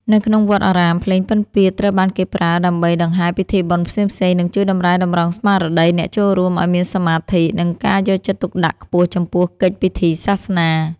នៅក្នុងវត្តអារាម ភ្លេងពិណពាទ្យត្រូវបានគេប្រើដើម្បីដង្ហែពិធីបុណ្យផ្សេងៗ និងជួយតម្រែតម្រង់ស្មារតីអ្នកចូលរួមឱ្យមានសមាធិ និងការយកចិត្តទុកដាក់ខ្ពស់ចំពោះកិច្ចពិធីសាសនា។